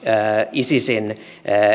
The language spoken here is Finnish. isisin